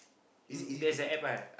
there's a App ah